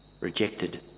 rejected